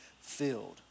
filled